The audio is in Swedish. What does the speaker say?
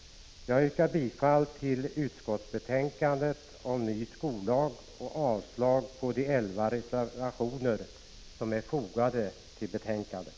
Jag yrkar bifall till utskottets hemställan i betänkandet om ny skollag och avslag på de elva reservationer som är fogade till betänkandet.